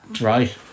Right